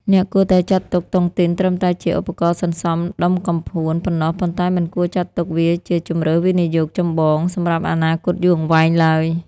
អ្នកគួរតែចាត់ទុកតុងទីនត្រឹមតែជា "ឧបករណ៍សន្សំដុំកំភួន" ប៉ុណ្ណោះ ប៉ុន្តែមិនគួរចាត់ទុកវាជា "ជម្រើសវិនិយោគចម្បង" សម្រាប់អនាគតយូរអង្វែងឡើយ។